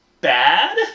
bad